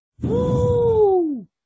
Woo